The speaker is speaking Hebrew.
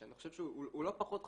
שאני חושב שהוא לא פחות חשוב,